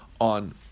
on